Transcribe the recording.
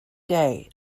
day